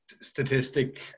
statistic